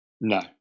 No